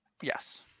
Yes